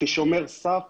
כשומר סף